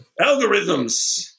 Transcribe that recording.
Algorithms